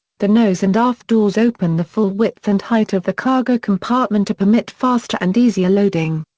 the nose and aft doors open the full width and height of the cargo compartment to permit faster and easier loading.